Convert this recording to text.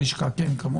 כתפיכם.